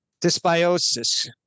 dysbiosis